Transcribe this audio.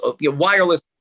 wireless